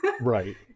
Right